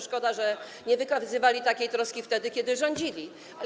Szkoda, że nie wykazywała takiej troski wtedy, kiedy rządziła.